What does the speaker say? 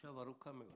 ועכשיו ארוכה מאוד.